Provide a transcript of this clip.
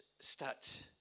stats